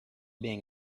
being